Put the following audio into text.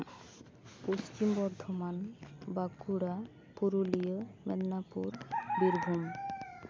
Paschim Bardhaman Bankura Purulia Medinipur Birbhum